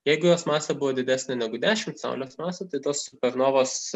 jeigu jos masė buvo didesnė negu dešimt saulės masių tai tos supernovos